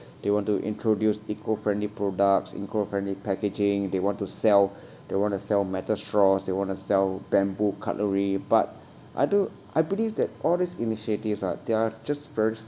they want to introduce eco-friendly products eco-friendly packaging they want to sell they want to sell metal straws they want to sell bamboo cutlery but I do I believe that all these initiatives are they are just very